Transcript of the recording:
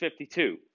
52